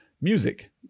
music